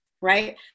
right